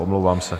Omlouvám se.